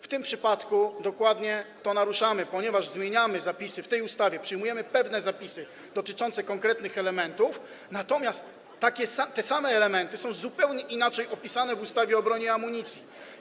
W tym przypadku dokładnie to naruszamy, ponieważ zmieniamy zapisy w tej ustawie, przyjmujemy pewne zapisy dotyczące konkretnych elementów, natomiast te same elementy są zupełnie inaczej opisane w ustawie o broni i amunicji.